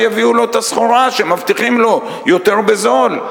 יביאו לו את הסחורה שהם מבטיחים לו יותר בזול.